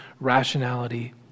rationality